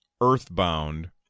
Earthbound